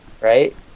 right